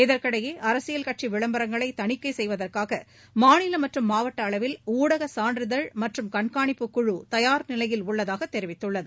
இதற்கிடையே அரசியல் கட்சி விளம்பரங்களை தணிக்கை செய்வதற்காக மாநில மற்றும் மாவட்ட அளவில் ஊடக சான்றிதழ் மற்றும் கண்காணிப்புக்குழு தயார்நிலையில் உள்ளதாக தெரிவித்துள்ளது